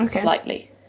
slightly